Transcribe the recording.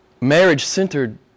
Marriage-centered